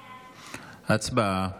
הצבעה.